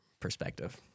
perspective